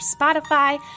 Spotify